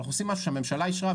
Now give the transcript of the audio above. אנחנו עושים משהו שהממשלה אישרה,